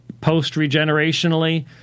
post-regenerationally